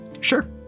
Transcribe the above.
Sure